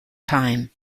time